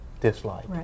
dislike